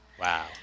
Wow